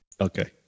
Okay